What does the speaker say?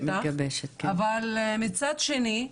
אבל מצד שני,